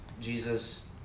Jesus